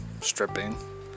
stripping